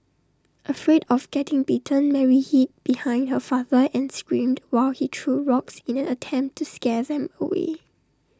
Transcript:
afraid of getting bitten Mary hid behind her father and screamed while he threw rocks in an attempt to scare them away